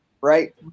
right